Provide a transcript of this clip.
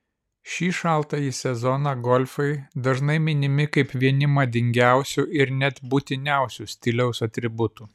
šį šaltąjį sezoną golfai dažnai minimi kaip vieni madingiausių ir net būtiniausių stiliaus atributų